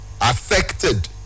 affected